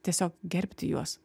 tiesiog gerbti juos